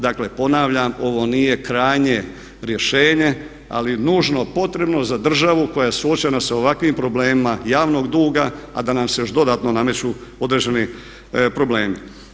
Dakle, ponavljam ovo nije krajnje rješenje ali nužno potrebno za državu koja je suočena sa ovakvim problemima javnog duga a da nam se još dodatno nameću određeni problemi.